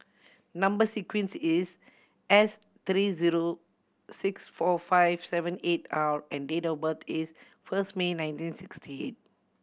number sequence is S three zero six four five seven eight R and date of birth is first May nineteen sixty eight